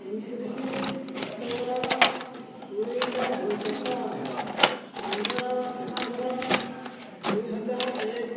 ଅଣତିରିଶ ଅକ୍ଟୋବର ଉଣେଇଶହ ଅନେଶ୍ୱତ ପନ୍ଦର ସେପ୍ଟେମ୍ବର ଦୁଇ ହଜାର ଏକ